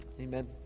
amen